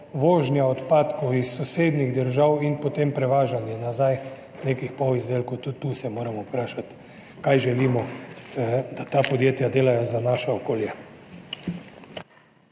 vožnja odpadkov iz sosednjih držav in potem prevažanje nazaj nekih polizdelkov, tudi tu se moramo vprašati, kaj želimo, da ta podjetja delajo za naše okolje.